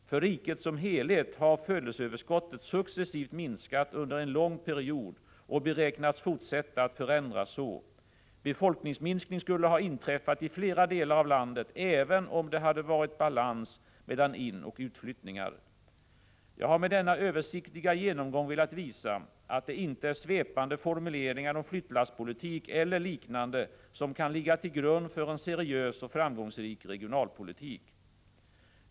För riket som helhet har födelseöverskottet successivt minskat under en lång period och beräknas fortsätta att förändras så. Befolkningsminskning skulle ha inträffat i flera delar av landet även om det hade varit balans mellan inoch utflyttningar. Jag har med denna översiktliga genomgång velat visa att det inte är svepande formuleringar om flyttlasspolitik eller liknande som kan ligga till grund för en seriös och framgångsrik regionalpolitik.